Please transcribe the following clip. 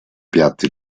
piatti